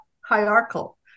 hierarchical